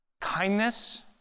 Kindness